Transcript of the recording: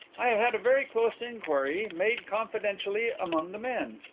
i have had a very close inquiry made confidentially among the men.